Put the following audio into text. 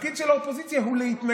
התפקיד של האופוזיציה הוא להתנגד.